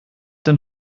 denn